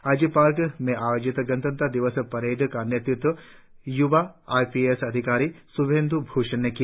आई G park में आयोजित गणतंत्र दिवस परेड का नेतृत्व य्वा आईपीएस अधिकारी श्भेंद् भूषण ने किया